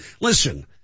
listen